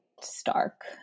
stark